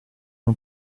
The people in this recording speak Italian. non